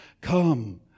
Come